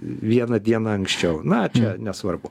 viena diena anksčiau na nesvarbu